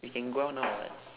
we can go out now [what]